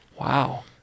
Wow